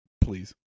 Please